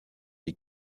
des